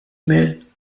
mail